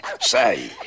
Say